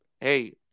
hey